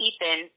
Ethan